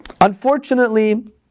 unfortunately